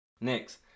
Next